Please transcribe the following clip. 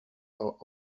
are